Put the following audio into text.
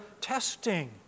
testing